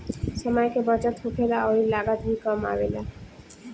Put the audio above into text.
समय के बचत होखेला अउरी लागत भी कम आवेला